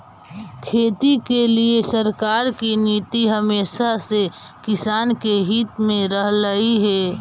खेती के लिए सरकार की नीति हमेशा से किसान के हित में रहलई हे